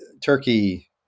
Turkey